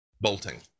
bolting